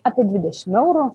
apie dvidešim eurų